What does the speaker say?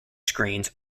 screens